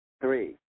Three